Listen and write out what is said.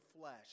flesh